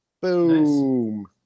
Boom